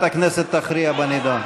אין מתנגדים או נמנעים.